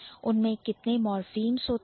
उनमें कितने Morphemes morphemes होते हैं